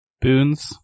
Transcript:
Boons